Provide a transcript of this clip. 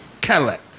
Cadillac